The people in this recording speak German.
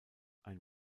ein